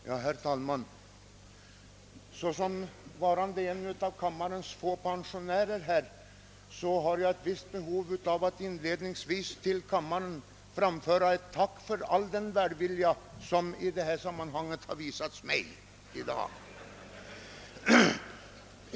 Herr talman! Såsom en av kammarens få pensionärer har jag ett behov av att inledningsvis framföra ett tack till kammaren för all den välvilja som här har visats mig.